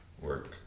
work